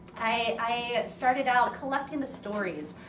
i started out collecting the stories.